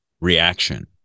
reaction